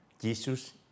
Jesus